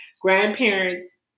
grandparents